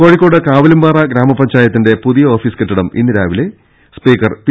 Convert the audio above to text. കോഴിക്കോട് കാവിലുംപാറ ഗ്രാമ പഞ്ചായത്തിന്റെ പുതിയ ഓഫീസ് കെട്ടിടം ഇന്ന് രാവിലെ സ്പീക്കർ പ്പി